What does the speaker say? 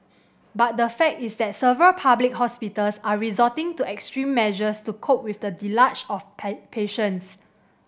but the fact is that several public hospitals are resorting to extreme measures to cope with the deluge of patients